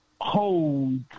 hold